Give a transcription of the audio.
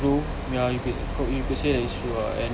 true ya what you said is true ah and